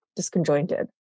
disconjointed